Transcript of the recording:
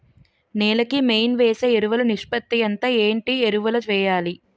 నేల కి మెయిన్ వేసే ఎరువులు నిష్పత్తి ఎంత? ఏంటి ఎరువుల వేయాలి?